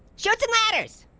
chutes and ladders?